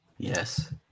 Yes